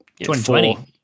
2020